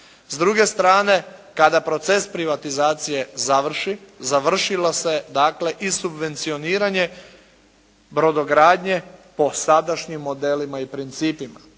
S druge strane, kada proces privatizacije završi, završila se dakle i subvencioniranje brodogradnje po sadašnjim modelima i principima.